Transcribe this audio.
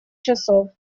часов